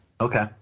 Okay